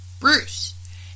Bruce